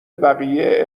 بقیه